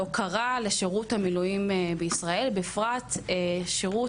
להוקרה לשירות המילואים בישראל, בפרט שירות